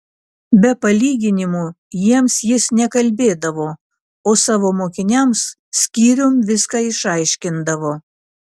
be palyginimų jiems jis nekalbėdavo o savo mokiniams skyrium viską išaiškindavo